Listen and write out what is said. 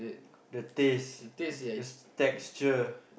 the taste the texture